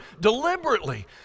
deliberately